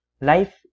life